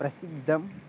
प्रसिद्धम्